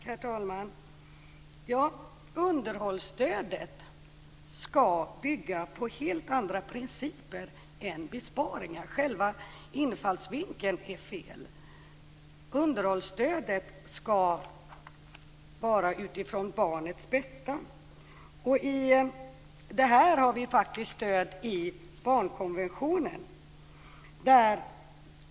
Herr talman! Underhållsstödet skall bygga på helt andra principer än besparingar. Själva infallsvinkeln är fel. Underhållsstödet skall vara utifrån barnets bästa. Denna inställning har vi faktiskt stöd för i barnkonventionen.